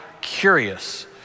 curious